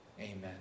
Amen